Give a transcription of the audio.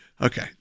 okay